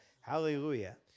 Hallelujah